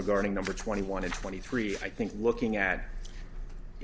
regarding number twenty one and twenty three i think looking at